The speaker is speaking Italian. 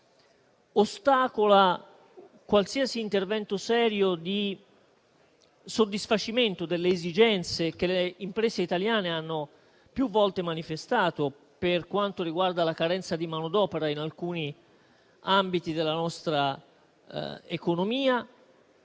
Ostacola qualsiasi intervento serio di soddisfacimento delle esigenze che le imprese italiane hanno più volte manifestato, per quanto riguarda la carenza di manodopera in alcuni ambiti della nostra economia,